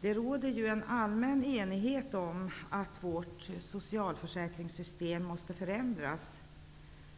Det råder en allmän enighet om att vårt socialförsäkringssystem måste förändras,